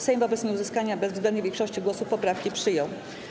Sejm wobec nieuzyskania bezwzględnej większości głosów poprawki przyjął.